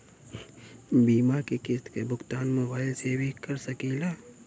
बीमा के किस्त क भुगतान मोबाइल से भी कर सकी ला?